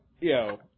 Yo